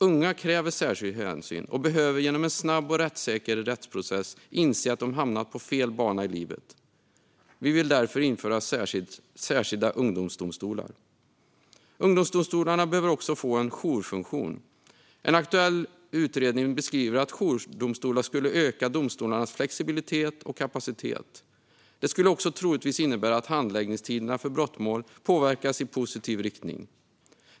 Unga kräver särskild hänsyn och behöver genom en snabb och rättssäker rättsprocess inse att de hamnat på fel bana i livet. Vi vill därför införa särskilda ungdomsdomstolar. Ungdomsdomstolarna behöver också få en jourfunktion. En aktuell utredning beskriver att jourdomstolar skulle öka domstolarnas flexibilitet och kapacitet. De skulle troligtvis också innebära att handläggningstiderna för brottmål påverkades i positiv riktning.